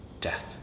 Death